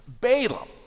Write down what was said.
Balaam